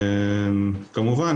כמובן